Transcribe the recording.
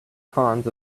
cons